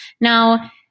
Now